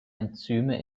enzyme